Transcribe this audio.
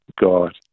God